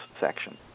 section